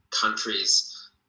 countries